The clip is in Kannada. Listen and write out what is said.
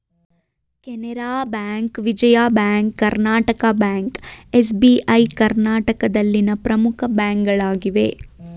Canara bank, Vijaya bank, Karnataka bank, SBI ಕರ್ನಾಟಕದಲ್ಲಿನ ಪ್ರಮುಖ ಬ್ಯಾಂಕ್ಗಳಾಗಿವೆ